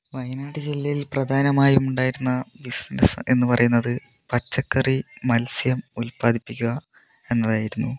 വയനാട് ജില്ലയിൽ പ്രധാനമായും ഉണ്ടായിരുന്ന ബിസ്നെസ്സ് എന്ന് പറയുന്നത് പച്ചക്കറി മത്സ്യം ഉത്പാദിപ്പിക്കുക എന്നതായിരുന്നു